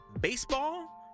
baseball